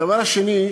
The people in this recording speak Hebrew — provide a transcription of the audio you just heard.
הדבר השני,